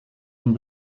een